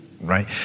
right